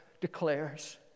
declares